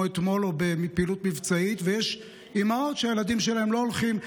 אתמול או בפעילות מבצעית ויש אימהות שהילדים שלהן לא הולכים,